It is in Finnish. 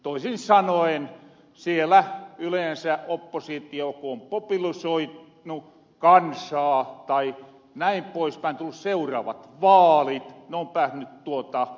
toisin sanoen siellä yleensä oppositio kun on populisoinut kansaa tai näin poispäin ja on tullut seuraavat vaalit niin ne on päähnyt valtahan